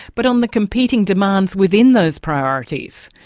but on the competing demands within those priorities,